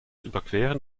überqueren